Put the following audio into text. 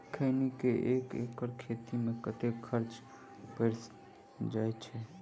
खैनी केँ एक एकड़ खेती मे कतेक खर्च परै छैय?